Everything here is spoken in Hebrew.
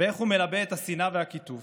ואיך הוא מלבה את השנאה והקיטוב,